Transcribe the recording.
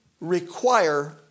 require